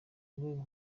rwego